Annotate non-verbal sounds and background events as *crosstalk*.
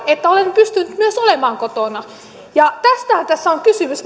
että olen myös pystynyt olemaan kotona tästähän tässä on kysymys *unintelligible*